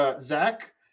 Zach